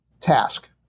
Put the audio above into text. task